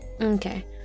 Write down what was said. Okay